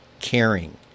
caring